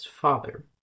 father